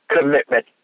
commitment